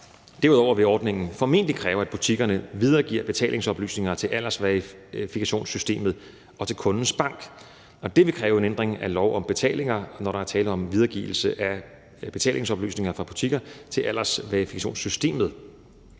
Derudover vil ordningen formentlig kræve, at butikkerne videregiver betalingsoplysninger til aldersverifikationssystemet og til kundens bank, og det vil kræve en ændring af lov om betalinger, når der er tale om videregivelse af betalingsoplysninger fra butikker til aldersverifikationssystemet,